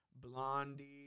Blondie